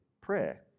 prayer